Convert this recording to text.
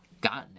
gotten